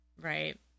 Right